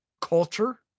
culture